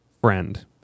friend